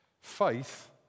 Faith